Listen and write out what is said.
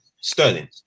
Sterling